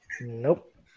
Nope